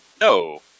No